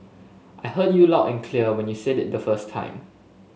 I heard you loud and clear when you said it the first time